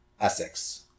Essex